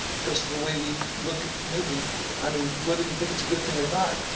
it goes to the way we look i mean, whether you think it's a good thing or not,